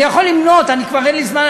אני יכול למנות, כבר אין לי זמן.